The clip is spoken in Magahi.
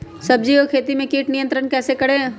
सब्जियों की खेती में कीट नियंत्रण कैसे करें?